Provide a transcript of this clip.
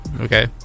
okay